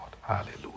hallelujah